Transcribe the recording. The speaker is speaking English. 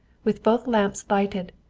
with both lamps lighted.